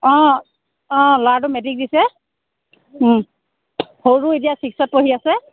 অ' অ' ল'ৰাটো মেট্ৰিক দিছে সৰুটো এতিয়া ছিক্সত পঢ়ি আছে